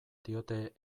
diote